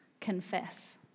confess